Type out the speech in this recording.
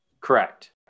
Correct